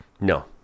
No